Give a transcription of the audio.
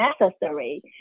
necessary